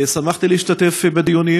שמחתי להשתתף בדיונים,